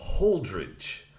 Holdridge